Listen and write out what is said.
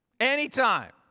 Anytime